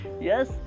Yes